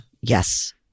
Yes